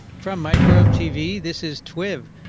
from microbe tv, this is twitter.